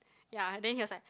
ya then he was like